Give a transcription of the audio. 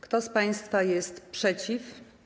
Kto z państwa jest przeciw?